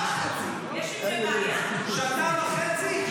שנה וחצי?